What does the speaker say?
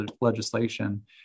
legislation